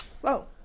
Whoa